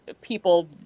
people